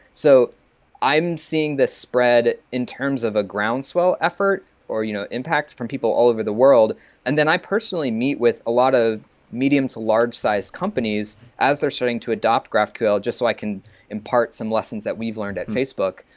so i'm seeing the spread in terms of a groundswell effort or you know impacts from people all over the world and then i personally meet with a lot of medium to large size companies as they're starting to adopt graphql just so i can impart some lessons that we've learned at facebook,